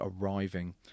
arriving